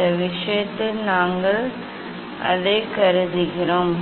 இந்த விஷயத்தில் நாங்கள் அதை கருதுகிறோம்